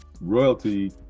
royalty